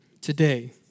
today